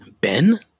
Ben